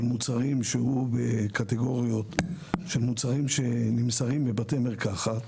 מוצרים שהוא בקטגוריות של מוצרים שנמסרים לבתי מרקחת.